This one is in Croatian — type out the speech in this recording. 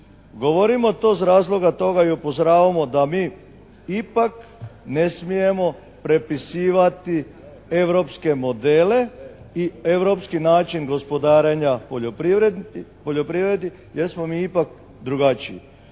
Govorim o tom iz razloga toga i upozoravamo da mi ipak ne smijemo prepisivati europske modele i europski način gospodarenja poljoprivredom jer smo mi ipak drugačiji.